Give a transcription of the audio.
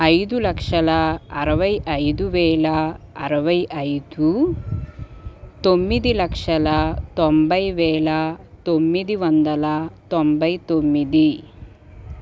ఐదు లక్షల అరవై ఐదు వేల అరవై ఐదు తొమ్మిది లక్షల తొంభై వేల తొమ్మిది వందల తొంభై తొమ్మిది